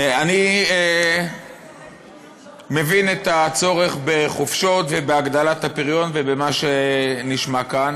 אני מבין את הצורך בחופשות ובהגדלת הפריון ובמה שנשמע כאן.